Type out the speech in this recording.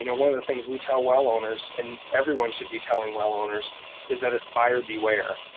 you know one of the things we tell well owners, and everyone should be telling well owners is that it's buyer beware.